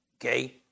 okay